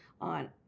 on